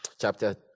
chapter